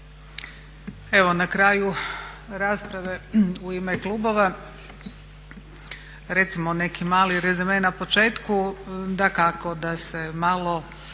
Evo na kraju rasprave u ime klubova recimo neki mali rezime na početku,